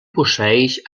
posseeix